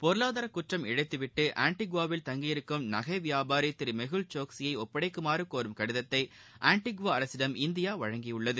பொருளாதார குற்றம் இழைத்துவிட்டு ஆண்டிகுவாவில் தங்கியிருக்கும் நகை வியாபாரி திரு மெகுல் சோக்சியை ஒப்படைக்குமாறு கோரும் கடிதத்தை ஆண்டிகுவா அரசிடம் இந்தியா வழங்கியுள்ளது